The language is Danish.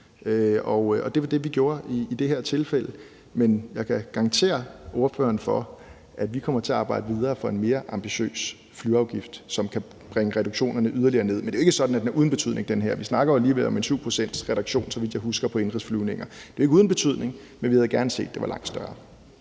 det var det, vi gjorde i det her tilfælde. Men jeg kan garantere partilederen for, at vi kommer til at arbejde videre for en mere ambitiøs flyafgift, som kan øge reduktionerne yderligere. Men det er jo ikke sådan, at den er uden betydning. Vi snakker jo alligevel om en 7-procentsreduktion, så vidt jeg husker, på indenrigsflyvning. Det er jo ikke uden betydning. Men vi havde gerne set, at den var langt større.